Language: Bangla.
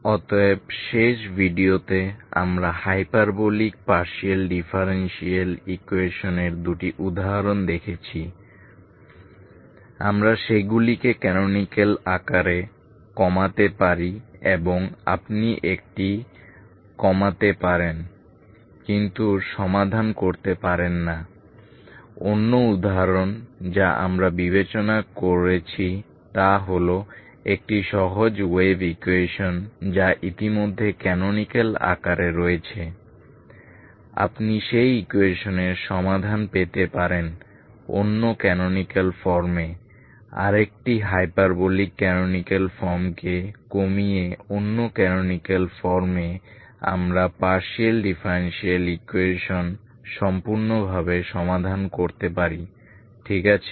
অতএব শেষ ভিডিওতে আমরা হাইপারবোলিক পার্শিয়াল ডিফারেনশিএল ইকুয়েশন এর দুটি উদাহরণ দেখেছি আমরা সেগুলিকে ক্যানোনিকাল আকারে কমাতে পারি এবং একটি যা আপনি কমাতে পারেন কিন্তু আপনি এটি সমাধান করতে পারেননি অন্য উদাহরণ যা আমরা বিবেচনা করেছি তা হল একটি সহজ ওয়েভ ইকুয়েশন যা ইতিমধ্যেই ক্যানোনিকাল আকারে রয়েছে একটি ক্যানোনিকাল ফর্ম আপনি সেই ইকুয়েশন এর সমাধান পেতে পারেন অন্য ক্যানোনিকাল ফর্মে আরেকটি হাইপারবোলিক ক্যানোনিকাল ফর্মকে কমিয়ে অন্য ক্যানোনিকাল ফর্মে আমরা পার্শিয়াল ডিফারেনশিএল ইকুয়েশন সম্পূর্ণভাবে সমাধান করতে পারি ঠিক আছে